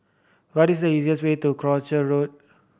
what is the easiest way to Croucher Road